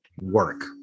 work